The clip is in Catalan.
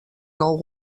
nou